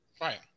Right